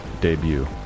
debut